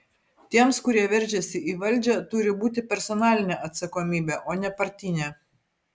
tiems kurie veržiasi į valdžią turi būti personalinė atsakomybė o ne partinė